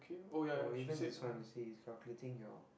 or even this one you see it's calculating your